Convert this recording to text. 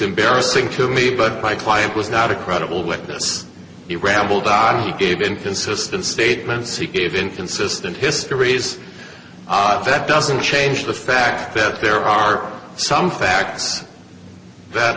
embarrassing to me but my client was not a credible witness he rambled on he gave inconsistent statements he gave inconsistent histories that doesn't change the fact that there are some facts that